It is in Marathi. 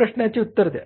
या प्रश्नाचे उत्तर द्या